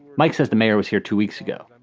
mike says the mayor was here two weeks ago.